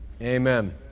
Amen